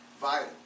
vital